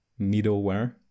middleware